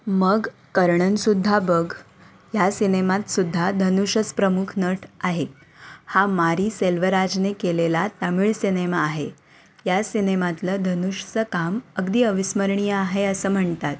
मग कर्णनसुद्धा बघ ह्या सिनेमात सुद्धा धनुषस प्रमुख नट आहे हा मारी सेल्वराजने केलेला तामिळ सिनेमा आहे या सिनेमातलं धनुषचं काम अगदी अविस्मरणीय आहे असं म्हणतात